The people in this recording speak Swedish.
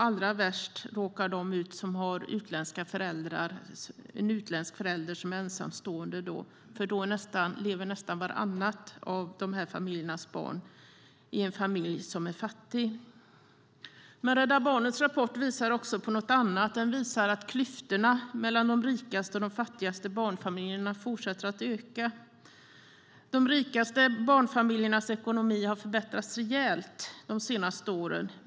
Allra värst råkar de ut som har en utländsk förälder som är ensamstående, för nästan vartannat av de barnen lever i en familj som är fattig. Rädda Barnens rapport visar också på något annat. Den visar att klyftorna mellan de rikaste och de fattigaste barnfamiljerna fortsätter att öka. De rikaste barnfamiljernas ekonomi har förbättrats rejält de senaste åren.